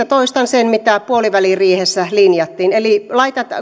toistan sen mitä puoliväliriihessä linjattiin eli